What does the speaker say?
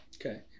Okay